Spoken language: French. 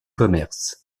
commerce